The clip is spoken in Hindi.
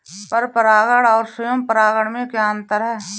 पर परागण और स्वयं परागण में क्या अंतर है?